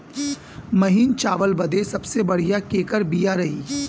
महीन चावल बदे सबसे बढ़िया केकर बिया रही?